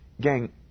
Gang